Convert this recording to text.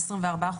24%,